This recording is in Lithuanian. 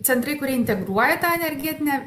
centrai kurie integruoja tą energetinę